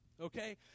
okay